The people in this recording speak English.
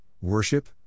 worship